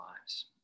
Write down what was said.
lives